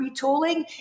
retooling